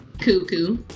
Cuckoo